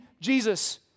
Jesus